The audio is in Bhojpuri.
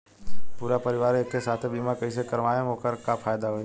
पूरा परिवार के एके साथे बीमा कईसे करवाएम और ओकर का फायदा होई?